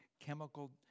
chemical